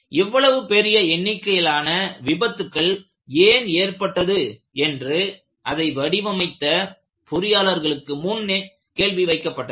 இவ்வளவு பெரிய எண்ணிக்கையிலான விபத்துக்கள் ஏன் ஏற்பட்டது என்று அதை வடிவமைத்த பொறியாளர்களுக்கு முன் கேள்வி வைக்கப்பட்டது